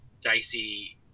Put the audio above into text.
dicey